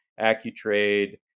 Accutrade